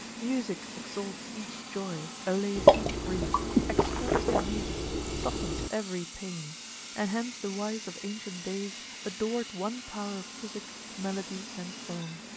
music exalts each joy, allays each grief, expels diseases, softens every pain and hence the wise of ancient days adored one power of physic, melody, and song.